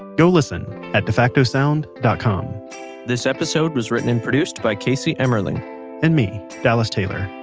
go listen at defactosound dot com this episode was written and produced by casey emmerling and me, dallas taylor.